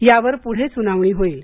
यावर पुढे सुनावणी होईल